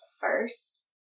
first